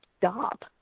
stop